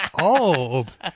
old